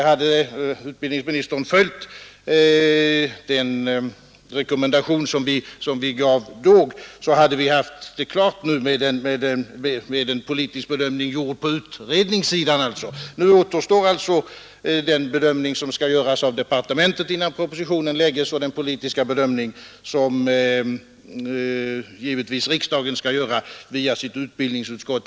Hade utbildningsministern följt den rekommendation som vi gav då, så hade vi nu varit klara med en politisk bedömning på utredningssidan. Nu återstår alltså den bedömning som skall göras av departementet innan propositionen framläggs och den politiska bedömning som givetvis riksdagen skall göra via sitt utbildningsutskott.